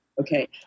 Okay